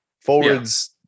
forwards